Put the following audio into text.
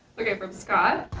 okay, from scott.